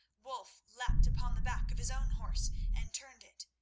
wulf leapt upon the back of his own horse, and turned it.